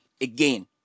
again